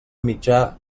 mitjà